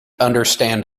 understand